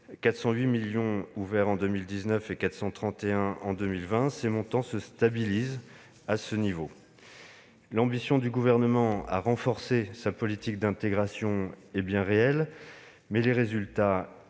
431 millions d'euros en 2020 -, ces montants se stabilisent à un niveau élevé. L'ambition du Gouvernement de renforcer sa politique d'intégration est bien réelle, mais les résultats